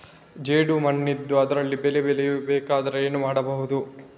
ಜೇಡು ಮಣ್ಣಿದ್ದು ಅದರಲ್ಲಿ ಬೆಳೆ ಬೆಳೆಯಬೇಕಾದರೆ ಏನು ಮಾಡ್ಬಹುದು?